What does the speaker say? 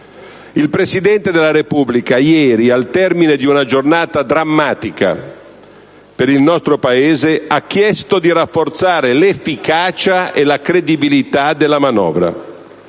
Il Presidente della Repubblica ieri, al termine di una giornata drammatica per il nostro Paese, ha chiesto di rafforzare l'efficacia e la credibilità della manovra.